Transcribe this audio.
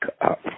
up